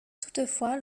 toutefois